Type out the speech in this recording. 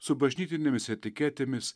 su bažnytinėmis etiketėmis